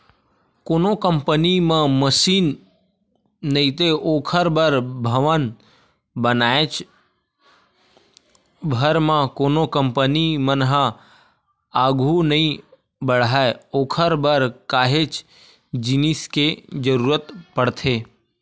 कोनो कंपनी म मसीन नइते ओखर बर भवन बनाएच भर म कोनो कंपनी मन ह आघू नइ बड़हय ओखर बर काहेच जिनिस के जरुरत पड़थे